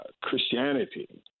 Christianity